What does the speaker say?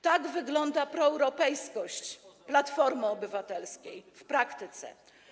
Tak wygląda proeuropejskość Platformy Obywatelskiej w praktyce.